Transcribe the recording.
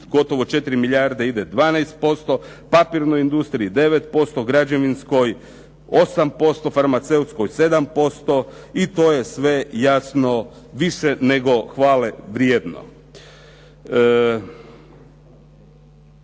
gotovo 4 milijarde ide 12%, papirnoj industriji 9%, građevinskoj 8%, farmaceutskoj 7% i to je sve jasno više nego hvale vrijedno.